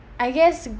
I guess